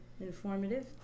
informative